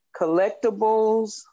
collectibles